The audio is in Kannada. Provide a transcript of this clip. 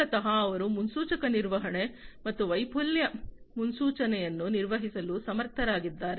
ಮೂಲತಃ ಅವರು ಮುನ್ಸೂಚಕ ನಿರ್ವಹಣೆ ಮತ್ತು ವೈಫಲ್ಯ ಮುನ್ಸೂಚನೆಯನ್ನು ನಿರ್ವಹಿಸಲು ಸಮರ್ಥರಾಗಿದ್ದಾರೆ